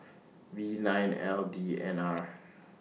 V nine L D N R